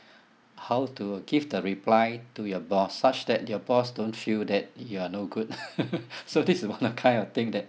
how to give the reply to your boss such that your boss don't feel that you are no good so this is one of kind of thing that